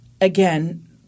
Again